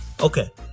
Okay